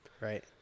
Right